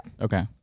Okay